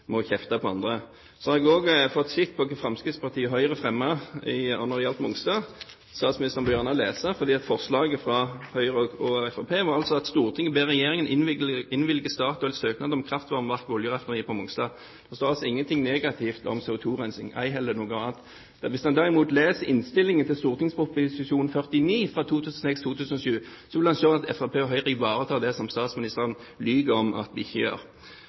kjefte på andre. Så har jeg også fått sett på det forslaget som Fremskrittspartiet og Høyre fremmet når det gjaldt Mongstad. Statsministeren bør gjerne lese det, for forslaget fra Høyre og Fremskrittspartiet var altså at Stortinget ber Regjeringen innvilge Statoils søknad om et kraftvarmeverk på oljeraffineriet på Mongstad. Det står altså ingenting negativt om CO2-rensing, ei heller noe annet. Hvis man derimot leser innstillingen til St.prp. nr. 49 for 2006–2007, vil man se at Fremskrittspartiet og Høyre ivaretar det som statsministeren lyver om og sier at vi ikke gjør.